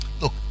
look